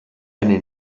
eine